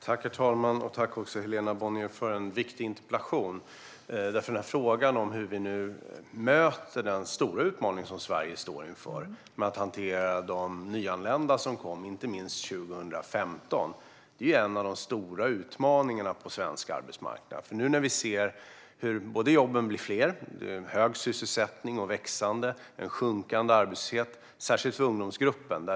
Herr talman! Jag tackar Helena Bonnier för en viktig interpellation. Frågan är hur vi nu möter den stora utmaning som Sverige står inför med att hantera de nyanlända som kom inte minst 2015. Det är en av de stora utmaningarna på svensk arbetsmarknad. Vi ser nu hur jobben blir fler. Det är hög sysselsättning och sjunkande arbetslöshet, särskilt för ungdomsgruppen.